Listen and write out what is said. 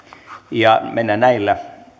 mennään näillä